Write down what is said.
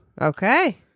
Okay